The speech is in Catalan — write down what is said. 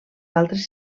altres